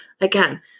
Again